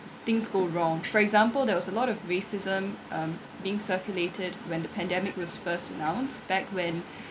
things go wrong for example there was a lot of racism um being circulated when the pandemic was first announced back when